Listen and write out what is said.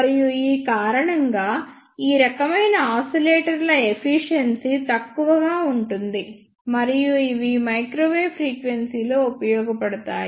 మరియు ఈ కారణంగా ఈ రకమైన ఆసిలేటర్ల ఎఫిషియెన్సీ తక్కువగా ఉంటుంది మరియు ఇవి మైక్రోవేవ్ ఫ్రీక్వెన్సీ లో ఉపయోగపడతాయి